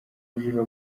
bujura